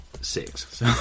six